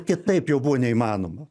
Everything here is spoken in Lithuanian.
kitaip jau buvo neįmanoma